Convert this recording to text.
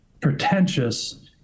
pretentious